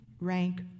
rank